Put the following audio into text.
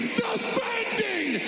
defending